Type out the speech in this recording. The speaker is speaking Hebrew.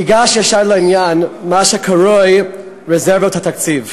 אגש ישר לעניין, מה שקרוי "רזרבות התקציב".